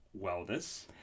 wellness